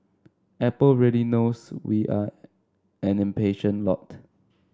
Apple really knows we are an impatient lot